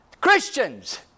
Christians